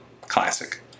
classic